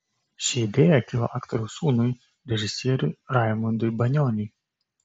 ši idėja kilo aktoriaus sūnui režisieriui raimundui banioniui